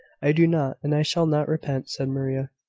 i do not, and i shall not repent, said maria.